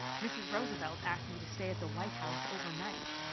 mrs. roosevelt asked me to stay at the white house overnight.